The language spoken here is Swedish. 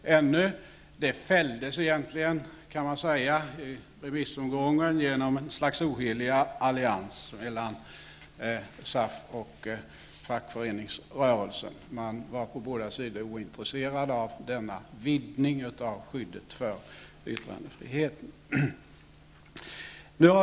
Förslaget fälldes i remissomgången på grund av en ohelig allians mellan SAF och fackföreningsrörelsen. Man var på båda sida ointresserad av denna vidgning av skyddet av yttrandefriheten.